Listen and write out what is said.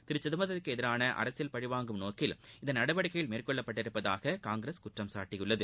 திரு சிதம்பரத்திற்கு எதிரான அரசியல் பழிவாங்கும் நோக்கில் இந்த நடவடிக்கைகள் மேற்கொள்ளப்பட்டுள்ளதாக காங்கிரஸ் குற்றம்சாட்டியுள்ளது